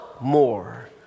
more